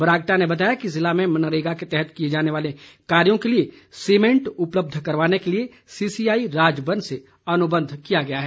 बरागटा ने बताया कि जिले में मनरेगा के तहत किए जाने वाले कार्यों के लिए सीमेंट उपलब्ध करवाने के लिए सीसीआई राजबन से अनुबंध किया गया है